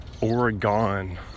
Oregon